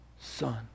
Son